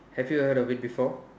have you heard of it before